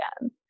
again